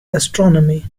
astronomy